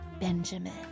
Benjamin